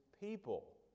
people